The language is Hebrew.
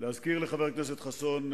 להזכיר לחבר הכנסת חסון,